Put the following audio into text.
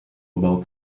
about